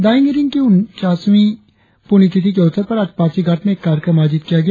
दायिंग ईरिंग की उनचासवीं प्रण्यतिथि के अवसर पर आज पासीघाट में एक कार्यक्रम आयोजित किया गया